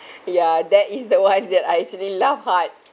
ya that is the one that I actually laugh hard